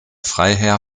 freiherr